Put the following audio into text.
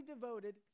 devoted